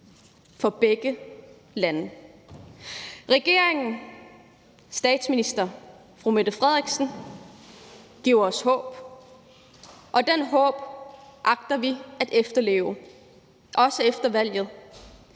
for begge lande. Regeringen og statsministeren, fru Mette Frederiksen, giver os håb, og det håb agter vi at leve op til, også efter valget.